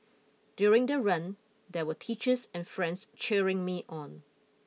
during the run there were teachers and friends cheering me on